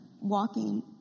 walking